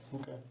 Okay